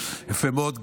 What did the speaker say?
יפה מאוד.